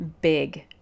big